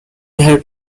had